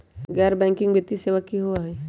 गैर बैकिंग वित्तीय सेवा की होअ हई?